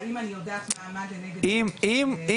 האם אני יודעת מה עמד לנגד עיניהם של.